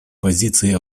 позиции